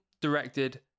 directed